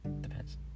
Depends